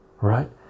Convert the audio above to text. right